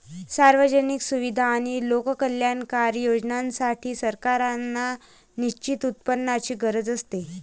सार्वजनिक सुविधा आणि लोककल्याणकारी योजनांसाठी, सरकारांना निश्चित उत्पन्नाची गरज असते